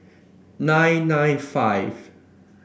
nine nine five